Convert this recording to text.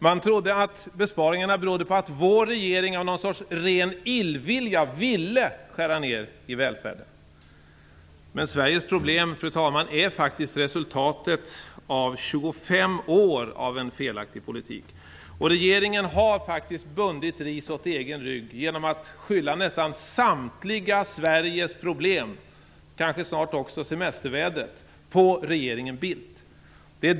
Man trodde att besparingarna då berodde på att den borgerliga regeringen av ren illvilja ville skära ned i välfärden. Men Sveriges problem, fru talman, är faktiskt resultatet av 25 år av felaktig politik. Regeringen har faktiskt bundit ris åt egen rygg genom att skylla nästan alla Sveriges problem - kanske snart också semestervädret - på regeringen Bildt.